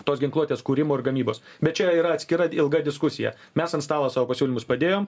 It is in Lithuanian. tos ginkluotės kūrimo ir gamybos bet čia yra atskira ilga diskusija mes ant stalo savo pasiūlymus padėjom